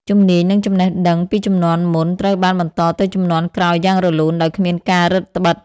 ជំនាញ និងចំណេះដឹងពីជំនាន់មុនត្រូវបានបន្តទៅជំនាន់ក្រោយយ៉ាងរលូន ដោយគ្មានការរឹតត្បិត។